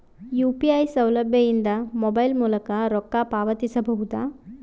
UPI ಸೌಲಭ್ಯ ಇಂದ mobile ಮೂಲಕ ರೊಕ್ಕ ಪಾವತಿಸ ಬಹುದಾ?